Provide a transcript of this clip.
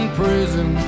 prison